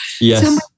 yes